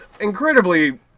incredibly